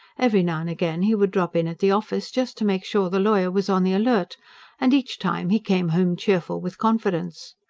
every now and again he would drop in at the office, just to make sure the lawyer was on the alert and each time he came home cheerful with confidence.